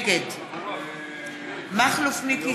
נגד מכלוף מיקי